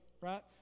right